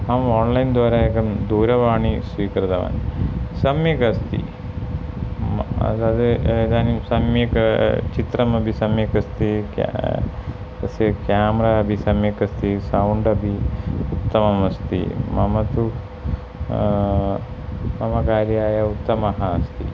अहम् आन्लैन् द्वारा एकं दूरवाणीं स्वीकृतवान् सम्यक् अस्ति इदानीं सम्यक् चित्रमपि सम्यक् अस्ति क्या तस्य क्याम्रा अपि सम्यक् अस्ति सौण्ड् अपि उत्तममस्ति मम तु मम कार्याय उत्तमः अस्ति